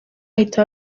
ahita